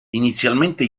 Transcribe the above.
inizialmente